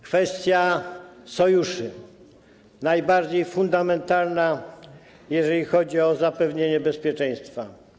Kwestia sojuszy, najbardziej fundamentalna, jeżeli chodzi o zapewnienie bezpieczeństwa.